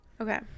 Okay